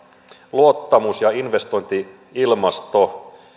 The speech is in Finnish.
luottamus ja investointi ilmasto